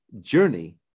journey